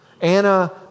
Anna